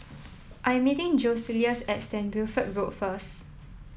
I'm meeting Joseluis at Saint Wilfred Road first